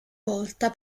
volta